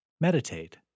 Meditate